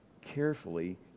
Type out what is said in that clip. carefully